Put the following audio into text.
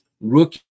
rookie